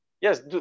yes